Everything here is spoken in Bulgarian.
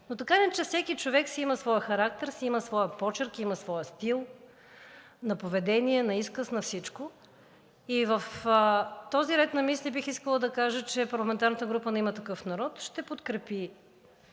но така или иначе всеки човек си има своя характер, има своя почерк, има своя стил на поведение, на изказ, на всичко. В този ред на мисли бих искала да кажа, че парламентарната група на „Има такъв народ“ ще подкрепи